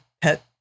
pet